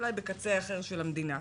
אולי בקצה אחר של המדינה,